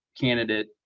candidate